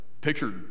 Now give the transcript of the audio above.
picture